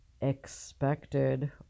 expected